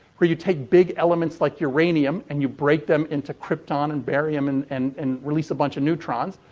where you take big elements, like uranium, and you break them into krypton and barium and and and release a bunch of neutrons.